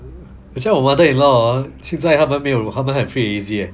that's why 我 mother-in-law hor 现在他们没有他们很 free and easy leh